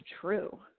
true